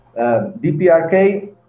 DPRK